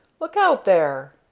look out, there!